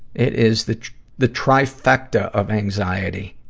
it is the the trifecta of anxiety